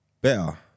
better